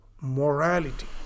morality